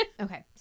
okay